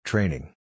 Training